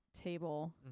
table